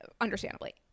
Understandably